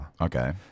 Okay